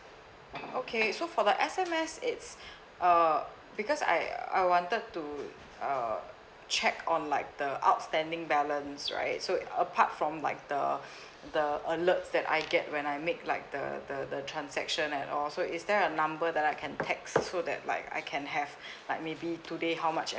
okay so for the S_M_S it's uh because I I wanted to uh check on like the outstanding balance right so apart from like the the alerts that I get when I make like the the the transaction and all so is there a number that I can text so that like I can have like maybe today how much am